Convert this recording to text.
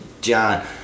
John